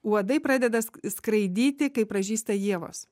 uodai pradeda skraidyti kai pražysta ievos